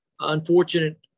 unfortunate